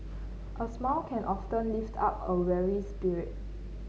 a smile can often lift up a weary spirit